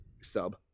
Sub